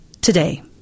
today